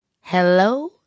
Hello